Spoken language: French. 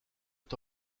est